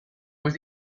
was